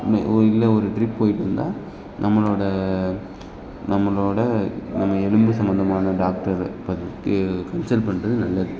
மே ஓ இல்லை ஒரு ட்ரிப் போய்விட்டு வந்தால் நம்மளோடய நம்மளோட நம்ம எலும்பு சம்மந்தமான டாக்டரை பார்த்து கன்சல்ட் பண்ணுறது நல்லது